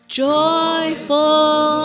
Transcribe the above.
joyful